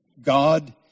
God